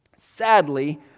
Sadly